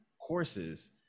courses